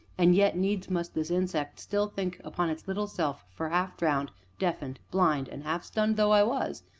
and yet needs must this insect still think upon its little self for half drowned, deafened, blind, and half stunned though i was,